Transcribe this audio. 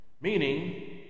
Meaning